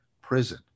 prison